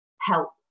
help